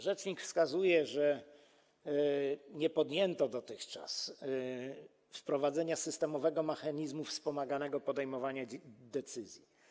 Rzecznik wskazuje, że nie podjęto dotychczas próby wprowadzenia systemowego mechanizmu wspomaganego podejmowania decyzji.